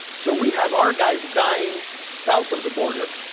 so we have our guys dying south of the border,